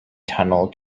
tunnel